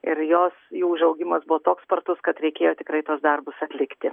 ir jos jų užaugimas buvo toks spartus kad reikėjo tikrai tuos darbus atlikti